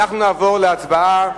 אנחנו נעבור להצבעה.